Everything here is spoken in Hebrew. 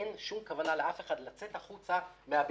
אין שום כוונה לאף אחד לצאת החוצה מן הבניין.